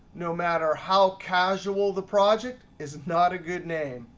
no matter how casual the project, is not a good name.